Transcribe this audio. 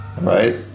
Right